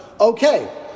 Okay